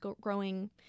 growing